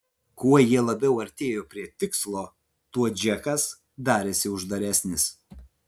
kuo jie labiau artėjo prie tikslo tuo džekas darėsi uždaresnis